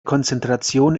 konzentration